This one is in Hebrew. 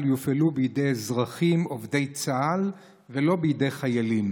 יופעלו בידי אזרחים עובדי צה"ל ולא בידי חיילים.